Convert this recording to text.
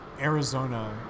Arizona